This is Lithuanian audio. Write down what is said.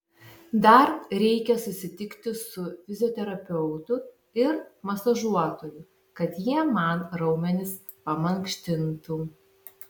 dar reikia susitikti su fizioterapeutu ir masažuotoju kad jie man raumenis pamankštintų